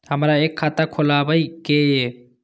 हमरा एक खाता खोलाबई के ये?